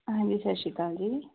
ਹਾਂਜੀ ਸਤਿ ਸ਼੍ਰੀ ਅਕਾਲ ਜੀ